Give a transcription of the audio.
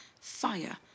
fire